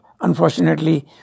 unfortunately